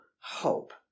hope